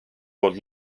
poolt